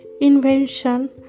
invention